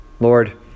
Lord